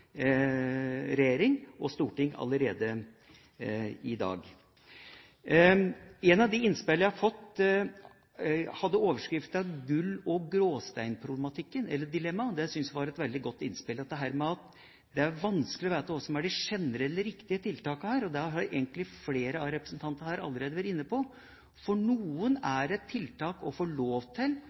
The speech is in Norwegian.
regjering og storting i dag. Et av de innspillene jeg har fått, har overskriften: Gull og gråstein-dilemmaet. Det synes jeg er et veldig godt innspill. Det er vanskelig å vite hva som er de generelle og riktige tiltakene her. Det har egentlig flere av representantene allerede vært inne på. For noen er det et tiltak å få lov til